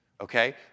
okay